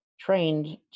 trained